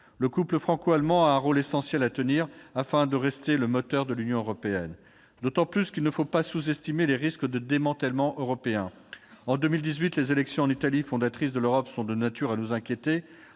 Le couple franco-allemand a un rôle essentiel à tenir, afin de rester le moteur de l'Union européenne, d'autant qu'il ne faut pas sous-estimer les risques de démantèlement européen. En 2018, les élections en Italie, fondatrice de l'Europe, sont de nature à nous inquiéter.